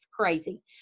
crazy